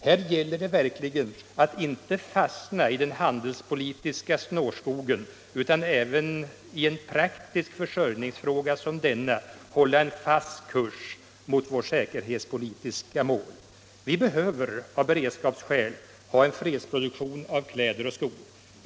Här gäller det verkligen att inte fastna i den handelspolitiska snårskogen utan att även i en praktisk försörjningsfråga som denna hålla en fast kurs mot vårt säkerhetspolitiska mål. Vi behöver av beredskapsskäl ha en fredsproduktion av kläder och skor.